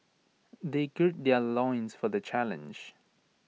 they gird their loins for the challenge